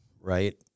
right